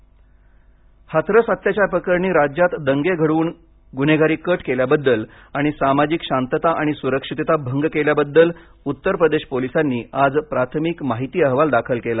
हाथरस हाथरस अत्याचार प्रकरणी राज्यात दंगे घडवून गुन्हेगारी कट केल्याबद्दल आणि सामाजिक शांतता आणि सुरक्षितता भंग केल्याबद्दल उत्तर प्रदेश पोलिसांनी आज प्राथमिक माहिती अहवाल दाखल केला